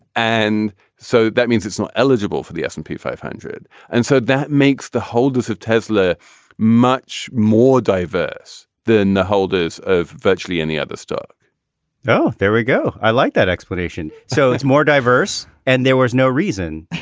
and so that means it's not eligible for the s and p five hundred and said so that makes the holders of tesla much more diverse than the holders of virtually any other stock oh, there we go. i like that explanation. so it's more diverse and there was no reason